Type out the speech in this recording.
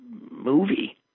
movie